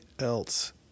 else